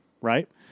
right